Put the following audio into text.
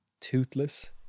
toothless